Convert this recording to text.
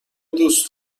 دوست